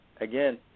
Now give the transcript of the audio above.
again